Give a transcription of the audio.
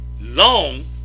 long